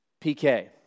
PK